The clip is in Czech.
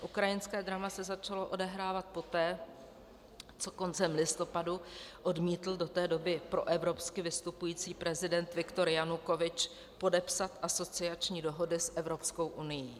Ukrajinské drama se začalo odehrávat poté, co koncem listopadu odmítl do té doby proevropsky vystupující prezident Viktor Janukovyč podepsat asociační dohody s Evropskou unií.